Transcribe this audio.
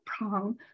prong